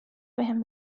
بهم